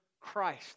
Christ